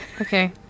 Okay